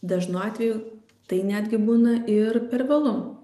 dažnu atveju tai netgi būna ir per vėlu